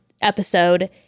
episode